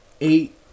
eight